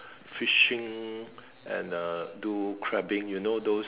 fishing and uh do crabbing you know those